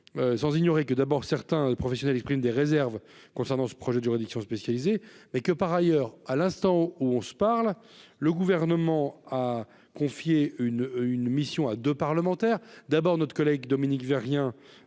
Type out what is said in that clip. sans ignorer que d'abord, certains professionnels expriment des réserves concernant ce projet de juridictions spécialisées et que par ailleurs, à l'instant où on se parle, le gouvernement a confié une une mission à 2 parlementaire d'abord notre collègue Dominique j'ai rien